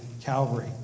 Calvary